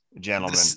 gentlemen